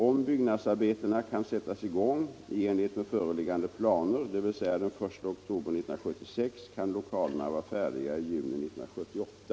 Om byggnadsarbetena kan sättas i gång enligt föreliggande planer, dvs. den 1 oktober 1976, kan lokalerna vara färdiga i juni 1978.